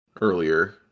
earlier